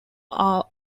are